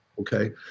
okay